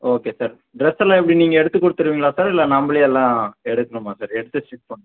okay sir ட்ரெஸ்ஸெல்லாம் எப்படி நீங்கள் எடுத்துக் கொடுத்துருவீங்களா சார் இல்லை நம்பளே எல்லாம் எடுக்கணுமா சார் எடுத்து ஸ்டிச் பண்ணுமா